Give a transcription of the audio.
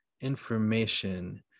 information